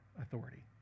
authority